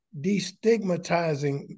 destigmatizing